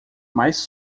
mais